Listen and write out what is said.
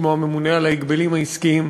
כמו הממונה על ההגבלים העסקיים,